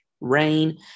rain